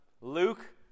Luke